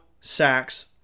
sacks